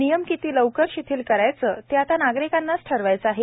नियम किती लवकर शिथिल करायचे ते आता नागरिकांनाच ठरवायचे आहे